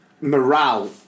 morale